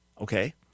okay